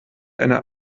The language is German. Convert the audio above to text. eine